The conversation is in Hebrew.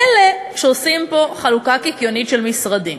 מילא שעושים פה חלוקה קיקיונית של משרדים,